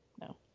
no